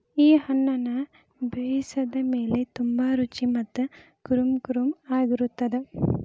ಈ ಹಣ್ಣುನ ಬೇಯಿಸಿದ ಮೇಲ ತುಂಬಾ ರುಚಿ ಮತ್ತ ಕುರುಂಕುರುಂ ಆಗಿರತ್ತದ